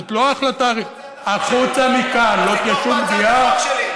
זאת לא החלטה, אז תתמוך בהצעת החוק שלי.